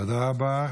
תודה רבה.